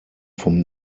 vom